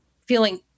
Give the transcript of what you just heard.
feeling